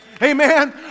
Amen